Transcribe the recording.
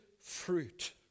fruit